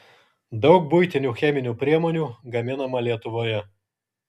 daug buitinių cheminių priemonių gaminama lietuvoje